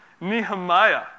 Nehemiah